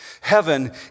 Heaven